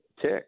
tick